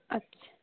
اچھا